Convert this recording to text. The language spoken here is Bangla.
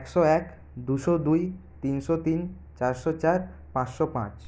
একশো এক দুশো দুই তিনশো তিন চারশো চার পাঁচশো পাঁচ